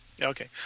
Okay